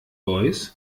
voice